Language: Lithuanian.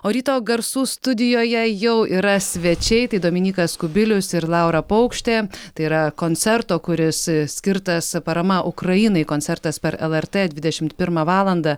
o ryto garsų studijoje jau yra svečiai tai dominykas kubilius ir laura paukštė tai yra koncerto kuris skirtas parama ukrainai koncertas per lrt dvidešimt pirmą valandą